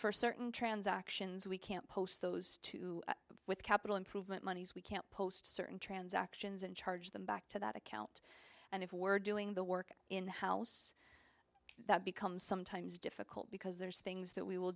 for certain transactions we can't post those two with capital improvement monies we can't post certain transactions and charge them back to that account and if we're doing the work in the house that becomes sometimes difficult because there's things that we will